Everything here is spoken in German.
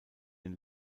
den